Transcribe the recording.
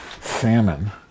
salmon